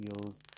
feels